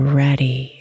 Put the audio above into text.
ready